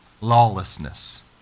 lawlessness